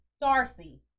Darcy